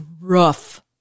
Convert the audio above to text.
rough